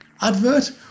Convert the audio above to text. advert